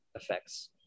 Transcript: effects